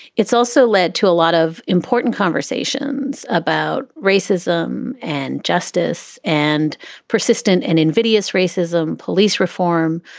it's also led to a lot of important conversations about racism and justice and persistent and invidious racism. police reform,